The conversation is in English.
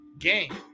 game